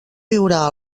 viurà